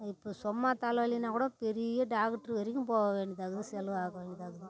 இப்போ சும்மா தலைவலின்னா கூடும் பெரிய டாக்டரு வரைக்கும் போக வேண்டியதாக இருக்குது செலவு ஆக வேண்டியதாக இருக்குது